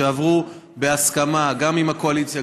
שעברו בהסכמה גם עם הקואליציה,